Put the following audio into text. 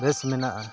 ᱵᱮᱥ ᱢᱮᱱᱟᱜᱼᱟ